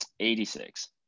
86